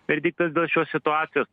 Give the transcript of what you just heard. verdiktas dėl šios situacijo